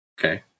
Okay